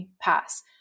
pass